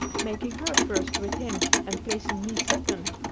making her first with him and placing me second.